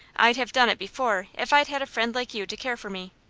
i'd have done it before if i'd had a friend like you to care for me.